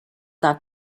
that